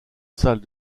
salle